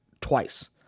Twice